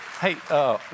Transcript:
Hey